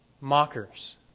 mockers